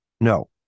No